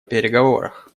переговорах